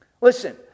Listen